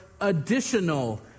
additional